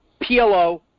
PLO